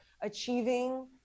achieving